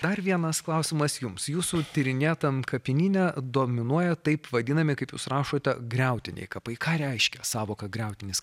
dar vienas klausimas jums jūsų tyrinėtam kapinyne dominuoja taip vadinami kaip jūs rašote griautiniai kapai ką reiškia sąvoka griautinis